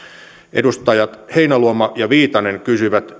edustajat heinäluoma ja viitanen kysyivät